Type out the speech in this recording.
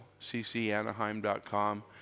ccanaheim.com